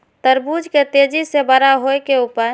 तरबूज के तेजी से बड़ा होय के उपाय?